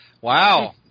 Wow